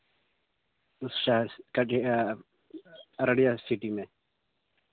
اچھا ارڈیا سٹی میں